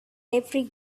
every